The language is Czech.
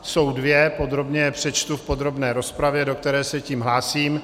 Jsou dvě, podrobně je přečtu v podrobné rozpravě, do které se tím hlásím.